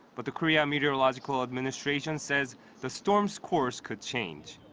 but the korea meteorological administration says the storm's course could change.